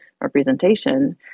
representation